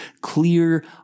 clear